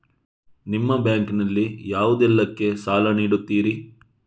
ನಿಮ್ಮ ಬ್ಯಾಂಕ್ ನಲ್ಲಿ ಯಾವುದೇಲ್ಲಕ್ಕೆ ಸಾಲ ನೀಡುತ್ತಿರಿ?